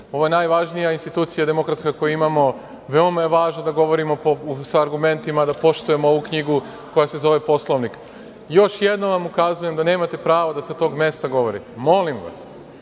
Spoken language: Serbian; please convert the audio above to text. Ovo je najvažnija institucija demokratska koju imamo. Veoma je važno da govorimo sa argumentima, da poštujemo ovu knjigu koja se zove Poslovnik. Još jednom vam ukazujem da nemate pravo da sa tog mesta govorite. Molim vas,